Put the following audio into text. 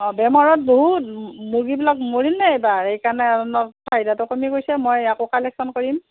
অঁ বেমাৰত বহুত মুৰ্গীবিলাক মৰিল ন এইবাৰ সেইকাৰণে অলপ চাহিদাটো কমি গৈছে মই আকৌ কালেক্যন কৰিম